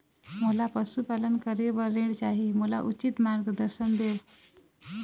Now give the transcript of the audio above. मोला पशुपालन करे बर ऋण चाही, मोला उचित मार्गदर्शन देव?